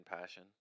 passion